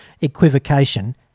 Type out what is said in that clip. equivocation